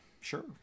sure